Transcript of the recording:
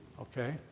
okay